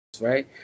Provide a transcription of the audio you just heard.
right